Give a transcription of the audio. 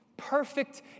perfect